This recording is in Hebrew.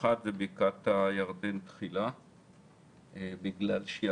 האחד, בקעת הירדן תחילה בגלל שהיא